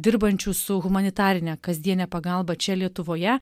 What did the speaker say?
dirbančių su humanitarine kasdiene pagalba čia lietuvoje